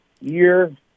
year